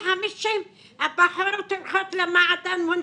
הבחורות הולכות למועדון וצוחקות,